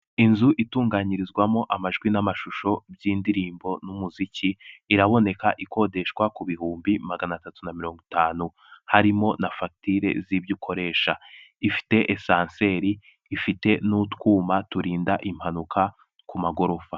Inzu itunganyirizwamo amajwi n'amashusho by'indirimbo n'umuziki iraboneka ikodeshwa ku bihumbi magana atatu na mirongo itanu harimo na fagitire z'ibyo ukoresha, ifite esanseri, ifite n'utwuma turinda impanuka ku magorofa.